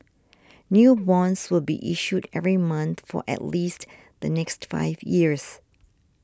new bonds will be issued every month for at least the next five years